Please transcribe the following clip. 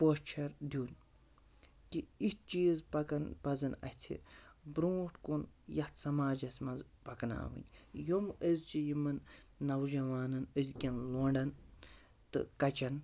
پوچھَر دیُٚن تہِ اِتھ چیٖز پَکَن پَزَن اَسہِ برونٛٹھ کُن یَتھ سَماجَس منٛز پَکناوٕنۍ یِم أزچہِ یِمَن نَوجَوانَن أزکٮ۪ن لونڈَن تہٕ کَچَن